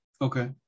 Okay